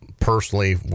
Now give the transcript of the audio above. personally